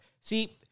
see